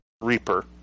Reaper